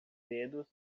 dedos